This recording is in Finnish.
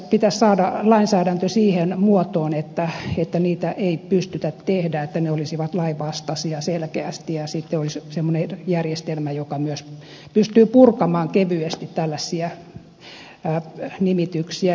pitäisi saada lainsäädäntö siihen muotoon että niitä ei pystytä tekemään että ne olisivat lainvastaisia selkeästi ja sitten olisi semmoinen järjestelmä joka myös pystyy purkamaan kevyesti tällaisia nimityksiä